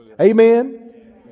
Amen